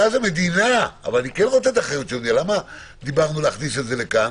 שאז המדינה למה דיברנו להכניס את זה לכאן